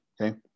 Okay